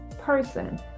person